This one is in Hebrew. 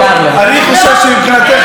אגב, אסור, מותר לו.